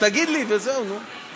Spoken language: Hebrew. תגיד לי וזהו, נו.